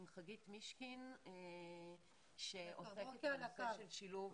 עם חגית מישקין שעוסקת בנושא של שילוב עובדי הוראה.